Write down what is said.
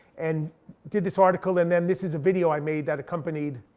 and did this article. and then this is a video i made that accompanied.